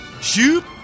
Shoot